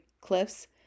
cliffs